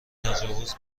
تجاوز